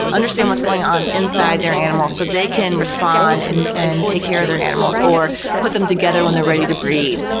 understand what's going on inside their animal so they can respond and and take care of their animals, or put them together when they're ready to breed.